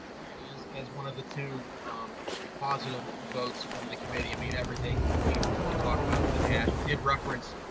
yeah as as one of the two um positive votes on the committee, i mean everything we've really talked about has been asked. you did reference,